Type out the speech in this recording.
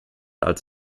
als